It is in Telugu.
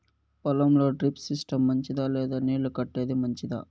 పొలం లో డ్రిప్ సిస్టం మంచిదా లేదా నీళ్లు కట్టేది మంచిదా?